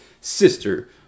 sister